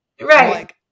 right